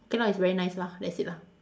okay lah it's very nice lah that's it lah